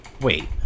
wait